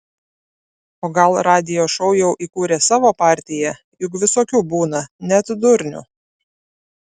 o gal radijo šou jau įkūrė savo partiją juk visokių būna net durnių